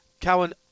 Cowan